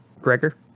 Gregor